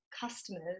customers